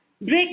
Break